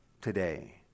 today